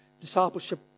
discipleship